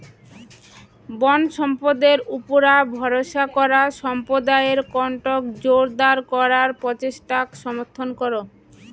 বনসম্পদের উপুরা ভরসা করা সম্প্রদায়ের কণ্ঠক জোরদার করার প্রচেষ্টাক সমর্থন করো